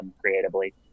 creatively